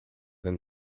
than